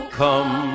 come